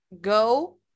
go